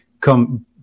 come